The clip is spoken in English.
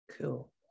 Cool